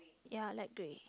ya light grey